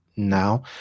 Now